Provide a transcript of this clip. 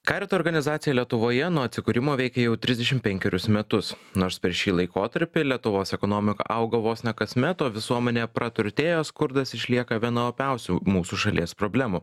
karito organizacija lietuvoje nuo atsikūrimo veikia jau trisdešim penkerius metus nors per šį laikotarpį lietuvos ekonomika augo vos ne kasmet o visuomenė praturtėjo skurdas išlieka viena opiausių mūsų šalies problemų